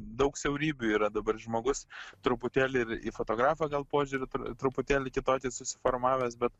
daug siaurybių yra dabar žmogus truputėlį ir į fotografą gal požiūrį truputėlį kitokį susiformavęs bet